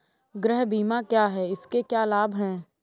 गृह बीमा क्या है इसके क्या लाभ हैं?